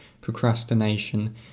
procrastination